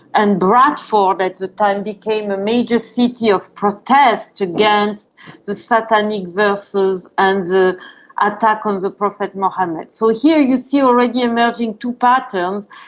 and bradford at the time became a major city of protest against the satanic verses and the attack on the prophet mohammed. so here you see already emerging two patterns,